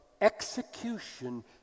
execution